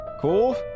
cool